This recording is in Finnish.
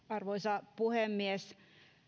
arvoisa puhemies